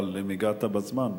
אבל אם הגעת בזמן,